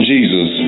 Jesus